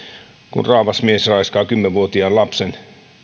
kun raavas mies raiskaa kymmenen vuotiaan lapsen